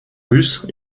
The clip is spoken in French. russe